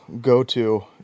go-to